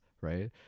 right